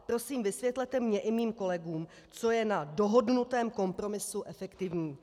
Prosím, vysvětlete mně i mým kolegům, co je na dohodnutém kompromisu efektivní.